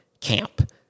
camp